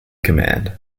command